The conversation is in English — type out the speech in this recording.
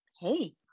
hey